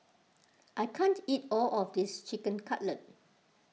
I can't eat all of this Chicken Cutlet